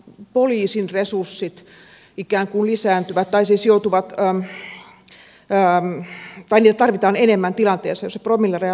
täällä on paljon puhuttu myös siitä että poliisin resursseja tarvitaan enemmän tilanteessa jossa promilleraja laskee